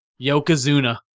Yokozuna